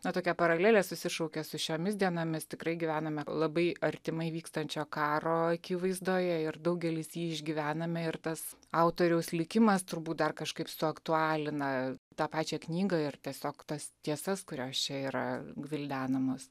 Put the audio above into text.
na tokia paralelė susišaukia su šiomis dienomis tikrai gyvename labai artimai vykstančio karo akivaizdoje ir daugelis jį išgyvename ir tas autoriaus likimas turbūt dar kažkaip suaktualina tą pačią knygą ir tiesiog tas tiesas kurios čia yra gvildenamos